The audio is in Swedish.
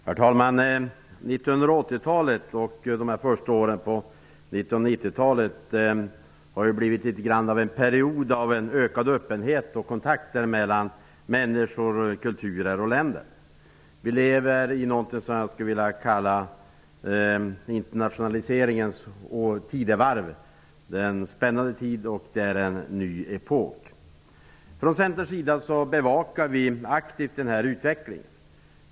Herr talman! 1980-talet och de första åren på 1990 talet har blivit en period av ökad öppenhet och ökade kontakter mellan människor, kulturer och länder. Vi lever i vad jag skulle vilja kalla internationaliseringens tidevarv. Det är en spännande tid och en ny epok. Centern bejakar aktivt den här utvecklingen.